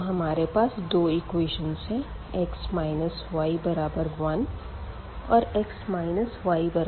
तो हमारे पास दो इक्वेशन है x y1 और x y 2